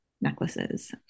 necklaces